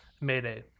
mayday